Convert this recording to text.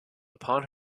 upon